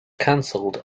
canceled